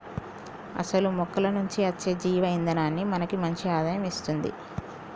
అసలు మొక్కల నుంచి అచ్చే జీవ ఇందనాన్ని మనకి మంచి ఆదాయం ఇస్తుంది